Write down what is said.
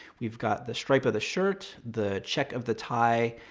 we've got the stripe of the shirt, the check of the tie,